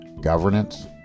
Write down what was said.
governance